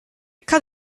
cut